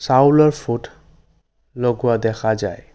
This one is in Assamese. চাউলৰ ফোট লগোৱা দেখা যায়